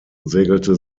segelte